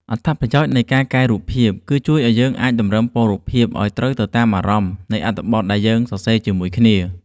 អត្ថប្រយោជន៍នៃការកែរូបគឺការជួយឱ្យយើងអាចតម្រឹមពណ៌រូបភាពឱ្យត្រូវទៅតាមអារម្មណ៍នៃអត្ថបទដែលយើងសរសេរជាមួយគ្នា។